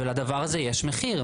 ולדבר הזה יש מחיר.